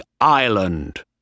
island